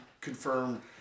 confirm